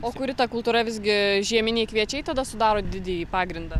o kuri ta kultūra visgi žieminiai kviečiai tada sudaro didįjį pagrindą